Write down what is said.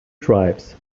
tribes